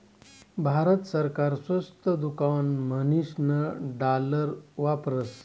भारत सरकार स्वस्त दुकान म्हणीसन डालर वापरस